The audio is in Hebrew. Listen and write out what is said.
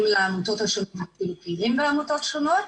לעמותות השונות והם פעילים בעמותות שונות,